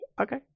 Okay